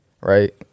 right